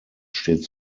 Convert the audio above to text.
steht